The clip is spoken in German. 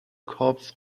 korps